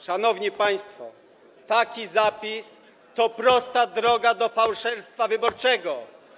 Szanowni państwo, taki zapis to prosta droga do fałszerstwa wyborczego.